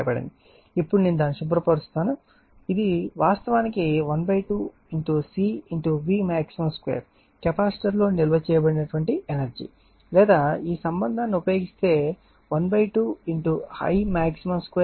ఇప్పుడు నేను దానిని శుభ్రపరుస్తాను చేస్తాను ఇది వాస్తవానికి 12 C Vmax2 కెపాసిటర్ లో నిల్వ చేయబడిన ఎనర్జీ లేదా ఈ సంబంధాన్ని ఉపయోగిస్తే 12 Imax2 ω2C వస్తుంది